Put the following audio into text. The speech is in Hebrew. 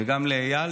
וגם לאיל,